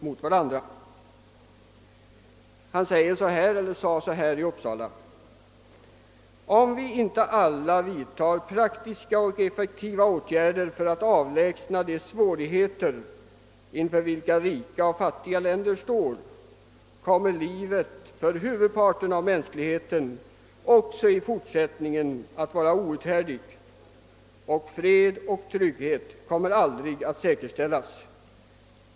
Han uttryckte sig i Uppsala på följande sätt: Om vi inte alla vidtar praktiska och effektiva åtgärder för att avlägsna de svårigheter, inför vilka rika och fattiga länder står, kommer livet för huvudparten av mänskligheten också i fortsättningen att vara outhärdligt, och fred och trygghet kommer aldrig att säkerställas.